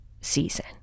season